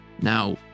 Now